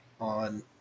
on